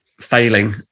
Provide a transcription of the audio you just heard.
failing